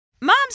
Moms